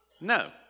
No